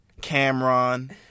Cameron